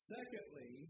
Secondly